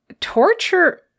torture